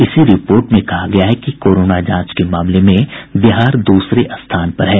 इसी रिपोर्ट में कहा गया है कि कोरोना जांच के मामले में बिहार दूसरे स्थान पर है